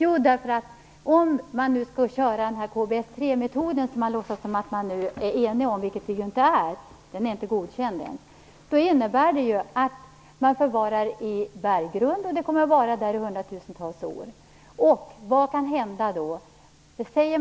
Om man nu skall tillämpa KBS3 metoden - som man låtsas vara enig om, vilket man inte är, eftersom den ännu inte är godkänd - innebär det att kärnbränslet förvaras i berggrund i hundratusentals år. Vad kan då hända?